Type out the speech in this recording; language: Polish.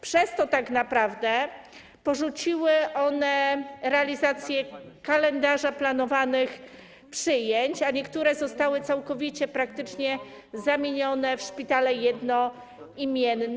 Przez to tak naprawdę porzuciły one realizację kalendarza planowanych przyjęć, a niektóre zostały praktycznie całkowicie zamienione w szpitale jednoimienne.